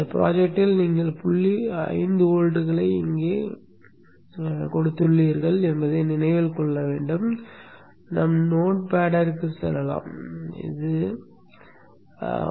திட்டவட்டத்தில் நீங்கள் புள்ளி 5 வோல்ட்களை இங்கே கொடுத்துள்ளீர்கள் என்பதை நினைவில் கொள்க நாம்நோட்பேடிற்கு செல்லலாம் என்று நமக்குத் தெரியும்